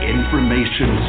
Information